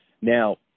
Now